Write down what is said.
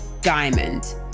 diamond